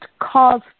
cause